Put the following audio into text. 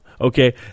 Okay